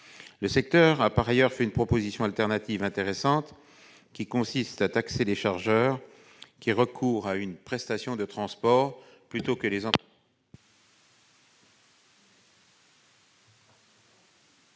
Le secteur a par ailleurs fait une proposition alternative intéressante, qui consiste à taxer les chargeurs qui recourent à une prestation de transport plutôt que les entreprises